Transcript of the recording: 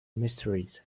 mysteries